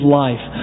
life